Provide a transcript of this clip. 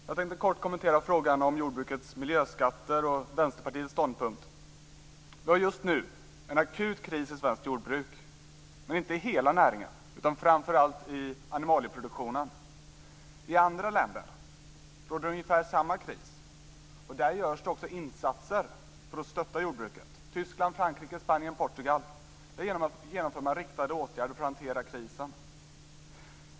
Fru talman! Jag skall väldigt kort kommentera frågan om jordbrukets miljöskatter och redovisa Vi har just nu en akut kris i svenskt jordbruk. Den gäller inte hela näringen utan framför allt animalieproduktionen. I andra länder råder ungefär motsvarande kris, och där görs det också insatser för att stödja jordbruket. I Tyskland, Frankrike, Spanien och Portugal genomför man riktade åtgärder för att hantera krisen.